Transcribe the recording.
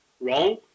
wrong